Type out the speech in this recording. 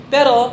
Pero